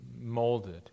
molded